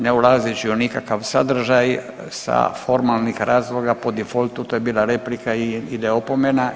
Ne ulazeći u nikakav sadržaj, sa formalnih razloga, po defaultu, to je bila replika i ide opomena.